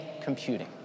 computing